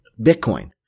Bitcoin